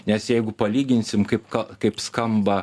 nes jeigu palyginsim kaip ka kaip skamba